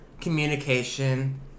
communication